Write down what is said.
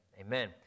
Amen